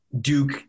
Duke